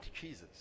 Jesus